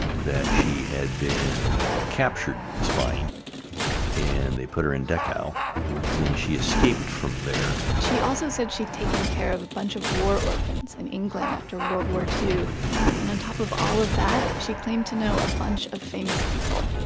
that she had been captured spying and they put her in dachau, and then she escaped from there she also said she'd taken care of a bunch of war orphans in england after world war ii and on top of all of that she claimed to know a bunch of famous people.